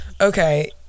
Okay